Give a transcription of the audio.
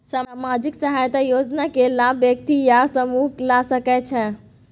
सामाजिक सहायता योजना के लाभ व्यक्ति या समूह ला सकै छै?